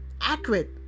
accurate